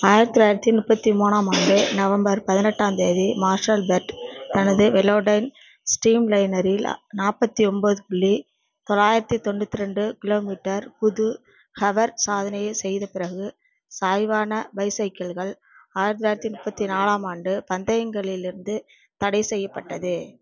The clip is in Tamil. ஆயிரத்தி தொள்ளாயிரத்தி முப்பத்தி மூணாம் ஆண்டு நவம்பர் பதினெட்டாம் தேதி மார்ஷல் பெர்ட் தனது வெலோடைன் ஸ்ட்ரீம்லைனரில் நாற்பத்தி ஒம்பது புள்ளி தொள்ளாயிரத்தி தொண்ணூற்றி ரெண்டு கிலோமீட்டர் புது ஹவர் சாதனையைச் செய்த பிறகு சாய்வான பைசைக்கிள்கள் ஆயிரத்து தொள்ளாயிரத்தி முப்பத்து நாலாம் ஆண்டு பந்தயங்களிலிருந்து தடைசெய்யப்பட்டது